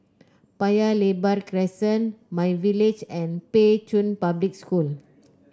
Paya Lebar Crescent MyVillage and Pei Chun Public School